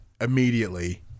immediately